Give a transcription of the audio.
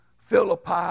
philippi